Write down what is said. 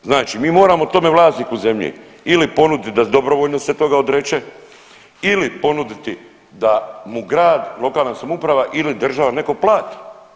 Znači mi moramo tome vlasniku zemlje ili ponuditi da dobrovoljno se toga odreče ili ponuditi da mu grad, lokalna samouprava ili država netko plati.